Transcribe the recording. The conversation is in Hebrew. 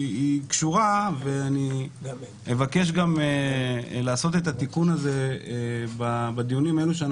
ואני אבקש גם לתקן את זה בהמשך הדיונים.